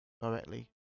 directly